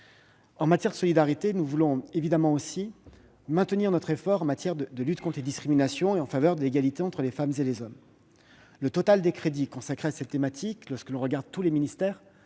domaine de la solidarité, nous voulons maintenir notre effort en matière de lutte contre les discriminations et en faveur de l'égalité entre les femmes et les hommes. Le total des crédits consacrés à cette thématique, lorsque l'on agrège tous les ministères,